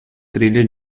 trilha